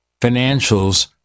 financials